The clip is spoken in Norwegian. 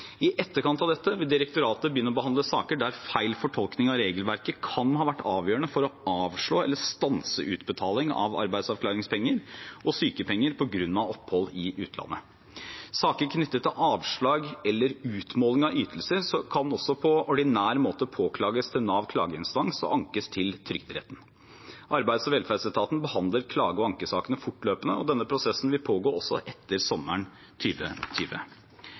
I etterkant av dette vil direktoratet begynne å behandle saker der feil fortolkning av regelverket kan ha vært avgjørende for å avslå eller stanse utbetaling av arbeidsavklaringspenger og sykepenger på grunn av opphold i utlandet. Saker knyttet til avslag eller utmåling av ytelser kan også på ordinær måte påklages til Nav klageinstans og ankes til Trygderetten. Arbeids- og velferdsetaten behandler klage- og ankesakene fortløpende. Denne prosessen vil pågå også etter sommeren